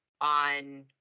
on